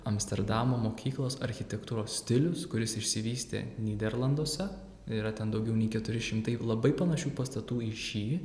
amsterdamo mokyklos architektūros stilius kuris išsivystė nyderlanduose yra ten daugiau nei keturi šimtai labai panašių pastatų į šį